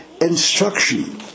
instruction